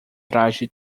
traje